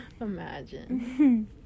Imagine